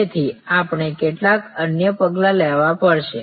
તેથી આપણે કેટલાક અન્ય પગલાં લેવા પડશે